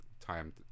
time